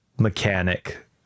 Mechanic